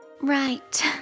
Right